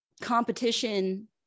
competition